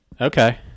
Okay